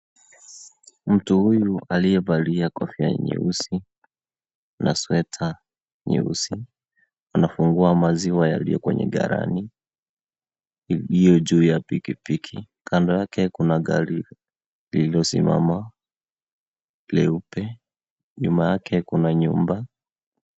Mtu huyu aliyevalia kofia nyeusi na sweta nyeusi anafungua maziwa yaliyo kwenye galani iliyo juu ya pikipiki kando yake kuna gari lililosimama peupe, nyuma yake kuna nyumba.